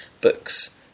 books